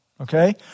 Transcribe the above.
okay